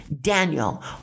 Daniel